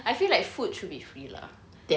I feel like food should be free lah